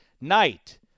night